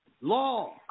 Law